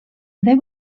they